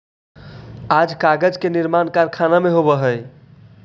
आज कागज के निर्माण कारखाना में होवऽ हई